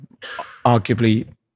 arguably